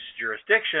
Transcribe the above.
jurisdiction